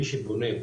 מי שבונה,